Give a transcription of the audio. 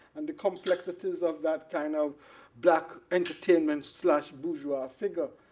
and the complexities of that kind of black entertainment slash bourgeois figure.